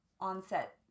onset